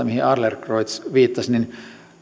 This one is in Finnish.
mihin adlercreutz viittasi